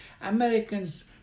Americans